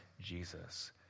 Jesus